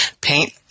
paint